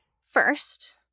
First